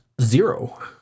Zero